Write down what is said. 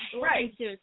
Right